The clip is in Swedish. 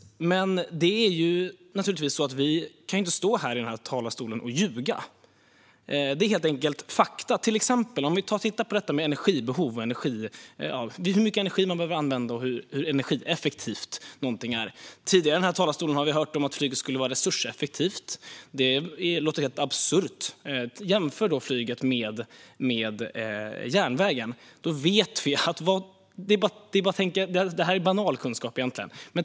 Men vi kan inte stå här i talarstolen och ljuga. Det är helt enkelt fakta. Vi kan till exempel titta på energibehov, hur mycket energi man behöver använda och hur energieffektivt någonting är. Tidigare har vi här i talarstolen hört att flyget skulle vara resurseffektivt. Det låter helt absurt. Man kan jämföra flyget med järnvägen. Det är egentligen banal kunskap.